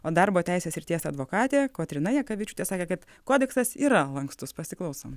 o darbo teisės srities advokatė kotryna jakavičiūtė sakė kad kodeksas yra lankstus pasiklausom